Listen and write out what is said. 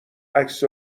عکس